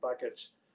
package